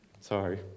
Sorry